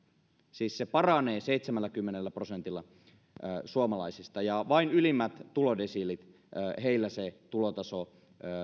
siis se paranee seitsemälläkymmenellä prosentilla suomalaisista ja vain ylimmissä tulodesiileissä se tulotaso